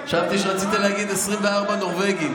חשבתי שרצית להגיד 24 נורבגים.